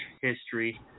history